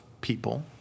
people